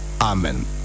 Amen